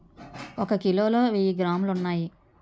ఒక కిలోలో వెయ్యి గ్రాములు ఉన్నాయి